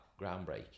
groundbreaking